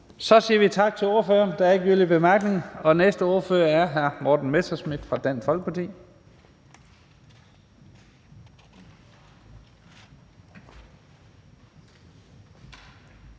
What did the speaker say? Så siger vi tak til ordføreren. Der er ikke yderligere bemærkninger. Den næste ordfører er hr. Morten Messerschmidt fra Dansk Folkeparti.